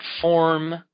form